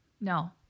No